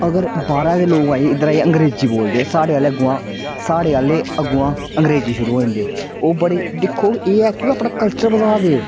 अगर बाहरा दे लोग आई इद्धर आई अंग्रेजी बोलदे स्हाड़े आह्ले स्हाड़े आह्ले अग्गुआं अंग्रेजी शुरू होई जंदे दिक्खो एह् ऐ कि अपना कल्चर बधा दे